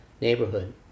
neighborhood